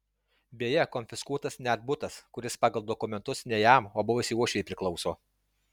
beje konfiskuotas net butas kuris pagal dokumentus ne jam o buvusiai uošvei priklauso